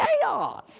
chaos